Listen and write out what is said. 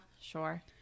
sure